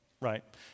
right